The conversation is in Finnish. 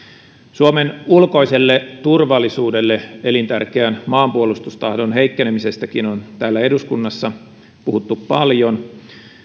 suomen ulkoiselle turvallisuudelle elintärkeän maanpuolustustahdon heikkenemisestäkin on täällä eduskunnassa puhuttu paljon